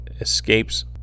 Escapes